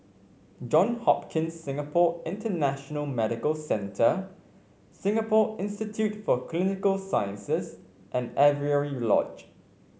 John Hopkins Singapore International Medical Centre Singapore Institute for Clinical Sciences and Avery Lodge